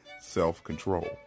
self-control